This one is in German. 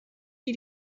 die